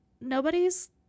nobody's